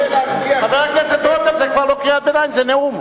חבר הכנסת רותם, זה כבר לא קריאת ביניים, זה נאום.